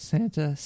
Santa